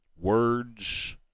Words